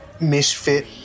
misfit